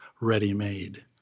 ready-made